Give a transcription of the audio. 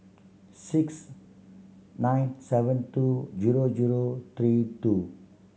six nine seven two zero zero three two